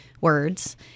words